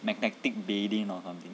magnetic bedding or something